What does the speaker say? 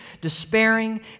despairing